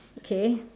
okay